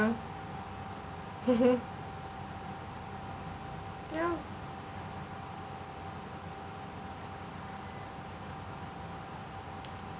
ya